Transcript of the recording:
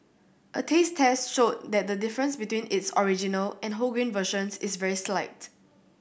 a taste test showed that the difference between its original and wholegrain versions is very slight